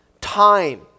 time